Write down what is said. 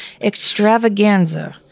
Extravaganza